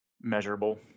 Measurable